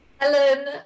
Ellen